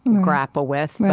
grapple with.